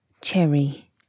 cherry